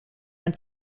ein